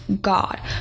God